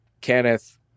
Kenneth